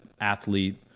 athlete